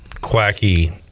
quacky